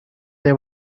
they